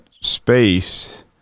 space